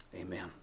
Amen